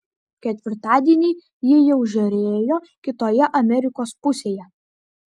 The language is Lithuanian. ketvirtadienį ji jau žėrėjo kitoje amerikos pusėje